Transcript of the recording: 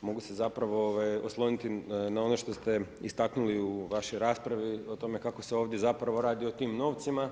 mogu se zapravo ovaj, osloniti na ono što ste istaknuli u vašoj raspravi, o tome kako se ovdje zapravo radi o tim novcima,